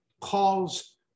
calls